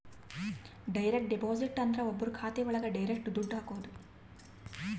direct deposit ಅಂದ್ರ ಒಬ್ರು ಖಾತೆ ಒಳಗ ಡೈರೆಕ್ಟ್ ದುಡ್ಡು ಹಾಕೋದು